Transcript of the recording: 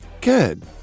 Good